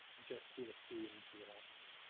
just do the feed and see what happens.